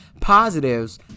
positives